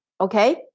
Okay